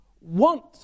want